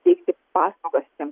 teikti paslaugas tiem